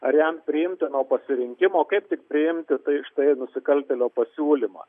ar jam priimtino pasirinkimo kaip tik priimti tai štai nusikaltėlio pasiūlymą